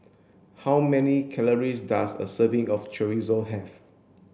how many calories does a serving of Chorizo have